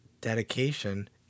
dedication